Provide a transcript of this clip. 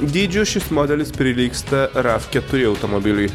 dydžiu šis modelis prilygsta raf keturi automobiliui